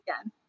again